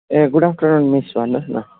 ए good afternoon miss भन्नु होस् न